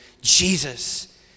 Jesus